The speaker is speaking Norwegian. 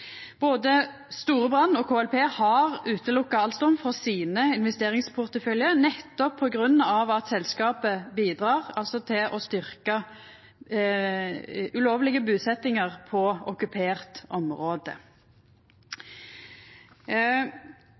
Både Storebrand og KLP har stengt ute Alstom frå investeringsporteføljane sine, nettopp på grunn av at selskapet bidrar til å styrkja ulovlege busetjingar på okkupert område.